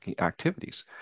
activities